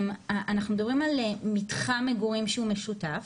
אנחנו מדברים על מתחם מגורים שהוא משותף,